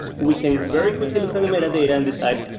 we can very quickly look on the metadata and decide,